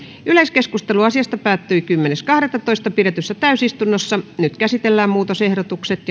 yleiskeskustelu asiasta päättyi kymmenes kahdettatoista kaksituhattakahdeksantoista pidetyssä täysistunnossa nyt käsitellään muutosehdotukset